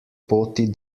poti